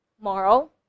moral